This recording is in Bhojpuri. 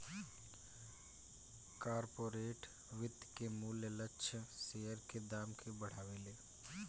कॉर्पोरेट वित्त के मूल्य लक्ष्य शेयर के दाम के बढ़ावेले